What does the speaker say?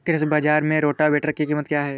कृषि बाजार में रोटावेटर की कीमत क्या है?